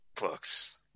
Books